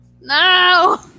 no